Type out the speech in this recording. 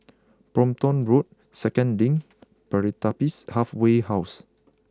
Brompton Road Second Link Pertapis Halfway House